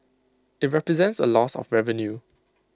IT represents A loss of revenue